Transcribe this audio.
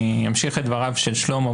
אני אמשיך את דבריו של שלמה,